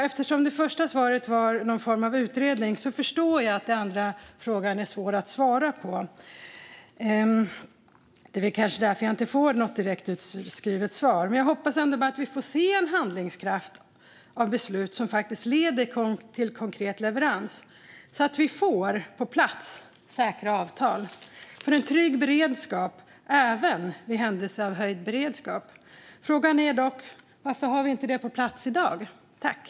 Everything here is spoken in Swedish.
Eftersom det första svaret var någon form av utredning förstår jag att den andra frågan är svår att svara på, och det är kanske därför jag inte får något direkt uttalat svar. Jag hoppas dock att vi ändå får se en handlingskraft av beslut som faktiskt leder till konkret leverans, så att vi får på plats säkra avtal för en trygg beredskap även vid händelser av höjd beredskap. Frågan är dock varför vi inte har det på plats i dag.